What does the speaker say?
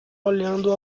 olhando